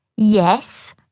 Yes